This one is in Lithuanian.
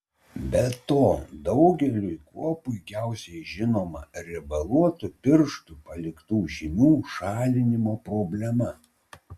be to daugeliui kuo puikiausiai žinoma riebaluotų pirštų paliktų žymių šalinimo problema